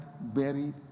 buried